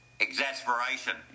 Exasperation